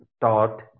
taught